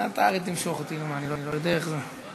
אתה הרי תמשוך אותי, מה, אני לא יודע איך זה?